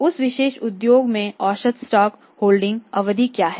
उस विशेष उद्योग में औसत स्टॉक होल्डिंग अवधि क्या है